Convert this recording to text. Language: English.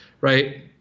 right